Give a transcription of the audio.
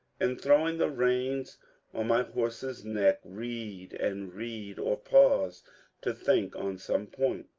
and throwing the reins on my horse's neck, read and read, or pause to think on some point.